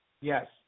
Yes